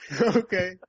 Okay